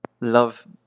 love